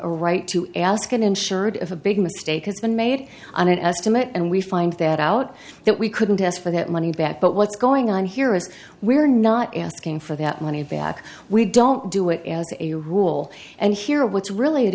a right to ask an insurer of a big mistake has been made on an estimate and we find that out that we couldn't ask for that money back but what's going on here is we're not asking for that money back we don't do it as a rule and here what's really a